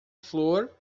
flor